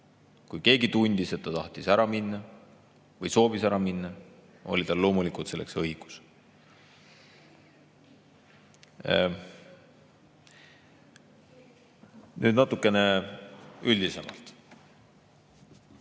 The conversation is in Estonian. Kui keegi tundis, et ta tahtis ära minna või soovis ära minna, oli tal loomulikult selleks õigus. Nüüd natukene üldisemalt.